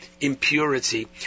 impurity